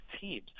teams